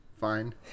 fine